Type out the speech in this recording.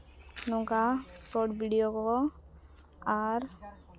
ᱱᱚᱝᱠᱟ short video ᱠᱚ ᱟᱨ